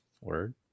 word